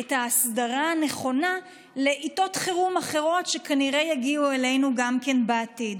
את ההסדרה הנכונה לעיתות חירום אחרות שכנראה יגיעו אלינו בעתיד.